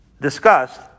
discussed